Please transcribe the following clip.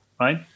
right